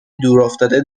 دورافتاده